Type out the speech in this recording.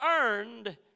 earned